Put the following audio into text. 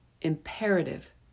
imperative